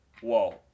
whoa